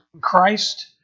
Christ